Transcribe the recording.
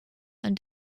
and